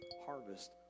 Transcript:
harvest